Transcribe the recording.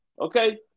okay